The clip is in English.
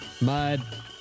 Mud